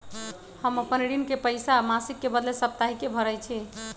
हम अपन ऋण के पइसा मासिक के बदले साप्ताहिके भरई छी